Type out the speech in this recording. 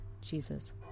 Jesus